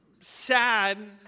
sad